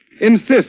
Insist